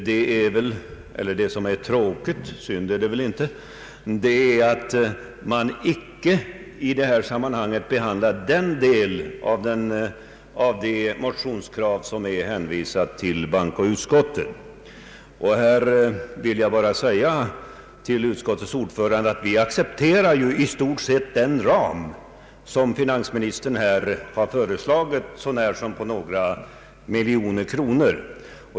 Det är ju tråkigt att vi i det här sammanhanget inte kan behandla de motionskrav som hänvisats till bankoutskottet. Till utskottets ordförande vill jag bara säga att vi accepterar den ram som finansministern har föreslagit, så när som på några miljoner kronor.